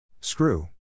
Screw